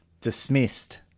dismissed